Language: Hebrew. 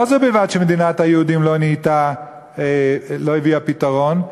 לא זו בלבד שמדינת היהודים לא הביאה פתרון,